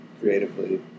creatively